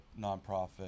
nonprofit